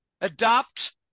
adopt